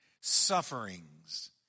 sufferings